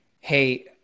hey